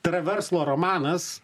tai yra verslo romanas